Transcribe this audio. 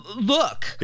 look